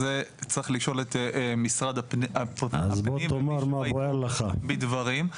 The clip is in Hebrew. את זה צריך לשאול את משרד הפנים ומי שבא איתו בדברים.